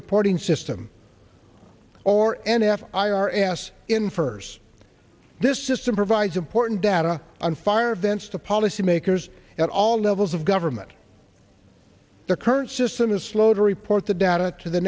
reporting system or n f i r ass infers this system provides important data on fire events to policymakers at all levels of government the current system is slow to report the data to the